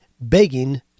begging